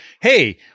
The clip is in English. hey